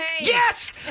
Yes